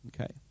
Okay